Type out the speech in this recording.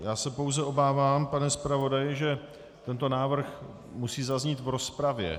Já se pouze obávám, pane zpravodaji, že tento návrh musí zaznít v rozpravě.